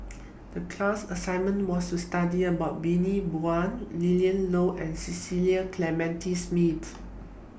The class assignment was to study about Bani Buang Willin Low and Cecil Clementi Smith